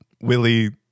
Willie